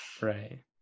Right